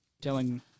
telling